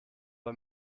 bei